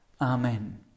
Amen